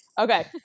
okay